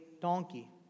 donkey